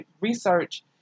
research